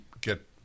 get